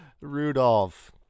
Rudolph